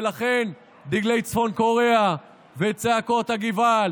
ולכן, דגלי צפון קוריאה, וצעקות הגעוואלד,